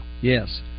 Yes